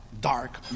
dark